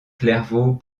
clairvaux